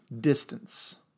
Distance